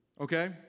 Okay